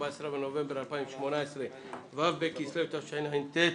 ה-14 בנובמבר 2018. ו' בכסלו התשע"ט.